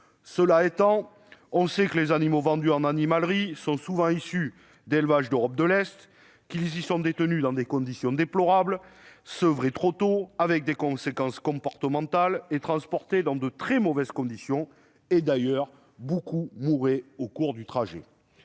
Cela étant, on sait que les animaux vendus en animaleries sont issus souvent d'élevages d'Europe de l'Est, où ils sont détenus dans des conditions déplorables, sevrés trop tôt, ce qui entraîne des conséquences comportementales, et transportés dans de très mauvaises conditions ; d'ailleurs, beaucoup meurent au cours du trajet.